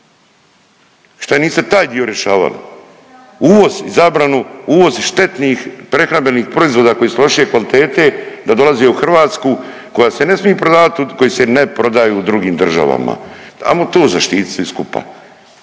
šta niste taj dio rješavali? Uvoz i zabranu uvoz štetnih prehrambenih proizvoda koji su lošije kvalitete da dolazi u Hrvatsku koji se ne smije prodavat koji se ne prodaje u drugim državama. Ajmo to zaštit svi skupa